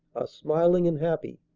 smiling and happy,